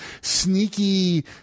sneaky